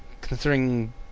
considering